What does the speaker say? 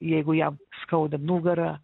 jeigu jam skauda nugarą